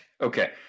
okay